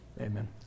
Amen